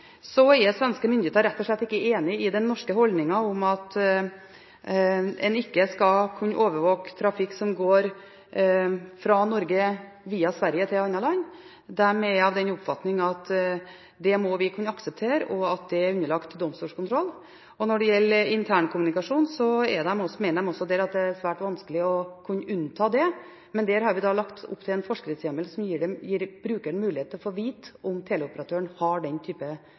er svenske myndigheter rett og slett ikke enig i den norske holdningen, nemlig at en ikke skal kunne overvåke trafikk som går fra Norge via Sverige til et annet land. De er av den oppfatning at dette må vi kunne akseptere, og at dette er underlagt domstolskontroll. Internkommunikasjon mener de er svært vanskelig å kunne unnta. Men her har vi lagt opp til en forskriftshjemmel som gir brukeren mulighet til å få vite om teleoperatøren har den type ruting av interntrafikk. To ting: Hvor lenge har departementet utredet graveforskrift? Og når skal den – ut fra målsettingen – tre i kraft? Dette er en